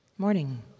morning